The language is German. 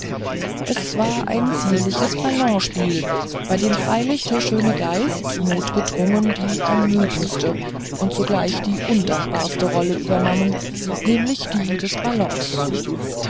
es war ein zierliches ballonspiel bei dem freilich der schöne geist notgedrungen die ermüdendste und zugleich die undankbarste rolle übernommen nämlich die des ballons